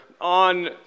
on